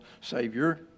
savior